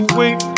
wait